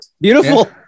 Beautiful